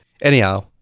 Anyhow